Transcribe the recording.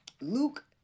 Luke